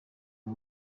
nta